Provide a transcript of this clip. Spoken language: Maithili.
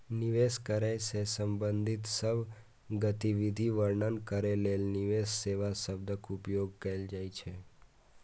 निवेश करै सं संबंधित सब गतिविधि वर्णन करै लेल निवेश सेवा शब्दक उपयोग कैल जाइ छै